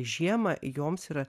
žiemą joms yra